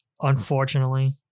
unfortunately